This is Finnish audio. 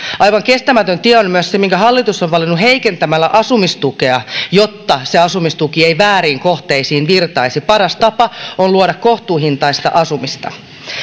aivan kestämätön tilanne on myös se minkä hallitus on valinnut heikentämällä asumistukea jotta se asumistuki ei vääriin kohteisiin virtaisi paras tapa on luoda kohtuuhintaista asumista